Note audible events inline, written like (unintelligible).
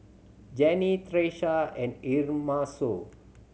Jannie (unintelligible) and (unintelligible)